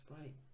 right